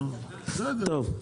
נו, בסדר.